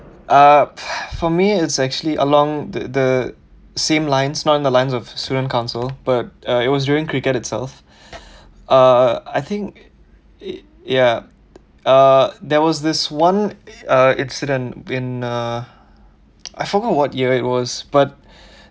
uh for me it's actually along that the same lines not in the lines of student council but uh it was during cricket itself uh I think it ya uh there was this one uh incident in uh I forgot what year it was but